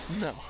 No